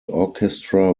orchestra